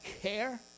care